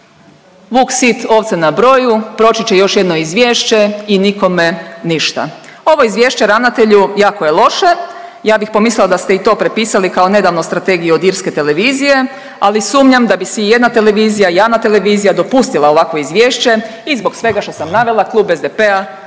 vuk sit ovce na broju, proći će još jedno izvješće i nikome ništa. Ovo izvješće ravnatelju jako je loše, ja bih pomislila da ste i to prepisali kao nedavno strategiju od Irske televizije, ali sumnjam da bi si ijedna televizija, javna televizija dopustila ovakvo izvješće i zbog svega što sam navela klub SDP-a